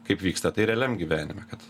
kaip vyksta tai realiam gyvenime kad